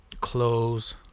clothes